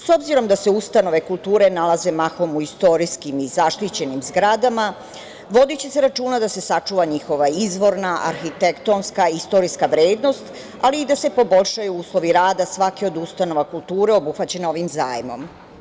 S obzirom da se ustanove kulture nalaze mahom u istorijskim i zaštićenim zgradama, vodiće se računa da se sačuva njihova izvorna, arhitektonska, istorijska vrednost, ali i da se poboljšaju uslovi rada svaki od ustanova kulture obuhvaćena ovim zajmom.